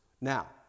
Now